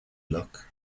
look